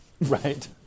Right